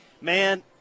Man